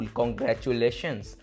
congratulations